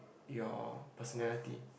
your personality